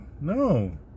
No